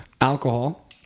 alcohol